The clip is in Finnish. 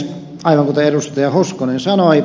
aivan kuten ed